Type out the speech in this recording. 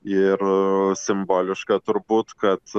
ir simboliška turbūt kad